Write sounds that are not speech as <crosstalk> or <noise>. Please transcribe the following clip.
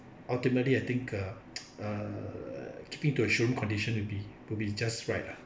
ultimately I think ah <noise> ah keeping to a showroom condition will be would be just right ah